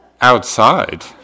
outside